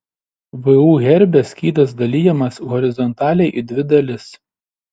vu herbe skydas dalijamas horizontaliai į dvi dalis